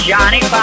Johnny